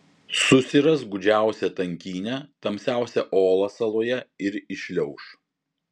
susiras gūdžiausią tankynę tamsiausią olą saloje ir įšliauš